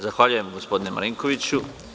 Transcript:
Zahvaljujem, gospodine Marinkoviću.